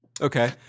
Okay